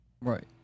Right